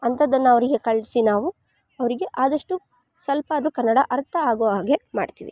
ಅಂಥದ್ದನ್ನ ಅವರಿಗೆ ಕಳಿಸಿ ನಾವು ಅವರಿಗೆ ಆದಷ್ಟು ಸ್ವಲ್ಪಾದ್ರು ಕನ್ನಡ ಅರ್ಥ ಆಗೋ ಹಾಗೆ ಮಾಡ್ತಿವಿ